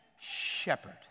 Shepherd